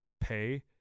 pay